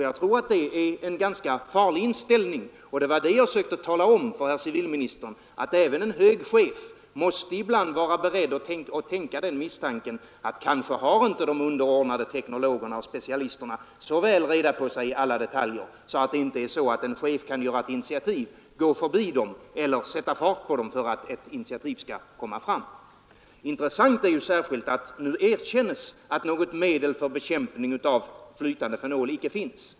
Jag tror att det är en ganska farlig inställning, och det var detta jag försökte tala om för civilministern; även en hög chef måste ibland vara beredd att misstänka att de underordnade teknologerna och specialisterna kanske inte har så väl reda på sig i alla detaljer. En chef kan behöva ta ett eget initiativ, gå förbi specialisterna, eller sätta fart på dem för att ett initiativ skall komma fram. Det är särskilt intressant att nu erkännes att det icke finns något medel för bekämpning av flytande fenol.